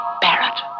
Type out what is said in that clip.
Barrett